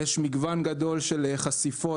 יש מגוון גדול של חשיפות,